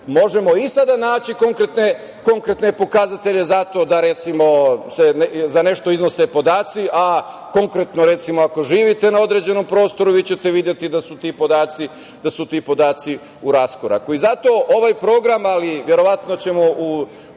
možemo i sada naći konkretne pokazatelje za to da se za nešto iznose podaci, a konkretno, recimo, ako živite na određenom prostoru vi ćete videti da su ti podaci u raskoraku. Zato ovaj program, ali verovatno ćemo ubrzo